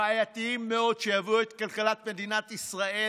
בעייתיים מאוד, שיסיגו את כלכלת מדינת ישראל